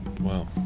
Wow